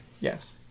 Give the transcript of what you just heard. Yes